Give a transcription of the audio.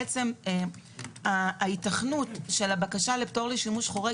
בעצם ההיתכנות של הבקשה לפטור משימוש חורג